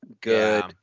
Good